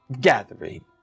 gathering